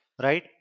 right